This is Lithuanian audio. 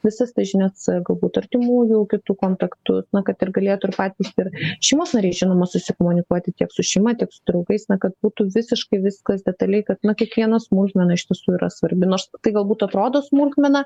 visas tas žinias galbūt artimųjų kitų kontaktus na kad ir galėtų patys ir šeimos nariai žinoma susikomunikuoti tiek su šeimatiek su draugais kad būtų visiškai viskas detaliai kad na kiekviena smulkmena iš tiesų yra svarbi nors tai galbūt atrodo smulkmena